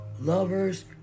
lovers